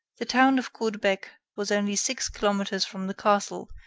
the town of caudebec was only six kilometers from the castle,